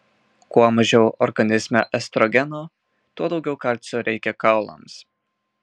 kuo mažiau organizme estrogeno tuo daugiau kalcio reikia kaulams